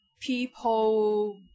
people